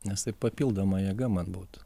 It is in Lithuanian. nes tai papildoma jėga man būtų